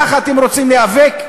ככה אתם רוצים להיאבק?